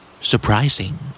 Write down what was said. Surprising